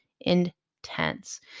intense